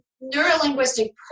neuro-linguistic